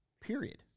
Period